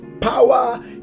power